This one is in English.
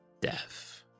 death